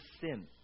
sin